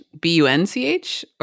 B-U-N-C-H